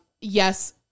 yes